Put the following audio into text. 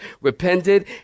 repented